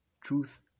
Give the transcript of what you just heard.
truth